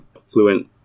fluent